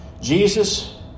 Jesus